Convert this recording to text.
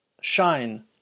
shine